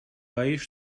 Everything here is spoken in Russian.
боюсь